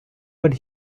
but